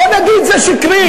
בוא נגיד: זה שקרי.